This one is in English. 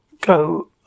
go